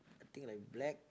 I think like black